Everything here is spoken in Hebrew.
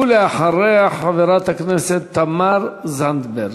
ואחריה, חברת הכנסת תמר זנדברג.